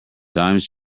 dimes